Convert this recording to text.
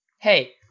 Hey